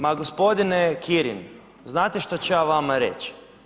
Ma gospodine Kirin, znate što ću ja vama reć'